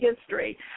history